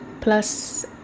plus